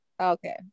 Okay